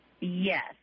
Yes